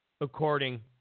according